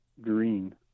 green